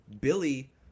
Billy